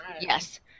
Yes